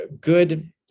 good